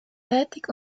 tätig